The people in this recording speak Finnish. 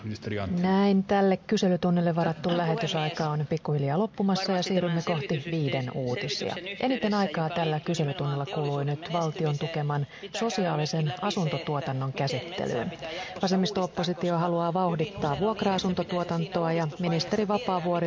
varmasti tämän selvityksen yhteydessä joka liittyy nimenomaan teollisuuden menestymiseen pitää käydä myöskin läpi se miten metsää pitää jatkossa uudistaa koska hyvin usein on niin että pitäisi jo siinä uudistusvaiheessa tietää mikä on se puun käyttötarkoitus